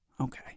Okay